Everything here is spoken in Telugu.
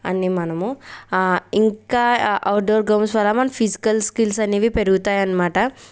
అన్ని మనము ఇంకా ఔట్డోర్ గేమ్స్ వల్ల మన ఫిజికల్ స్కిల్స్ అనేవి పెరుగుతాయన్నమాట